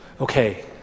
Okay